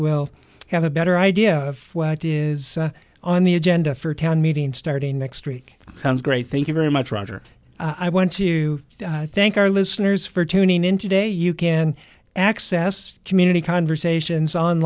will have a better idea of what is on the agenda for town meeting starting next week sounds great thank you very much roger i want to thank our listeners for tuning in today you can access community conversations on